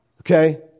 Okay